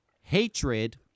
hatred